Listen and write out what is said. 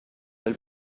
del